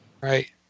Right